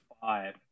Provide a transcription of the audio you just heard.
five